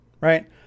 Right